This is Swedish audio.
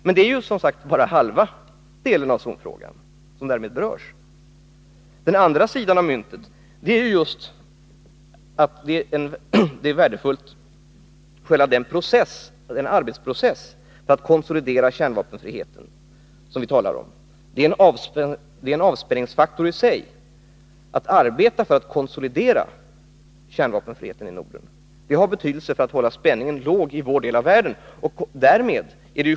Men det är, som sagt, bara halva delen av zonfrågan som därmed berörs. Den andra sidan av myntet är att själva arbetsprocessen för att konsolidera kärnvapenfriheten är värdefull. Det är en avspänningsfaktor i sig att arbeta för att konsolidera kärnvapenfriheten i Norden. Det har betydelse för att hålla spänningen låg i vår del av världen.